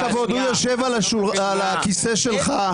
עם כל הכבוד, הוא יושב על הכיסא שלך.